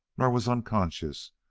nor was unconscious,